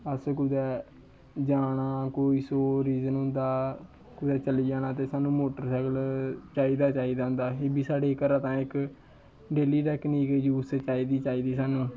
असें कुदै जाना कोई सौ रीजन होंदा कुदै चली जाना ते सानूं मोटरसैकल चाहिदा गै चाहिदा होंदा एह् बी साढ़े घरा ताईं इक डेली टकनीक यूज चाहिदी गै चाहिदी सानूं